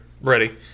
ready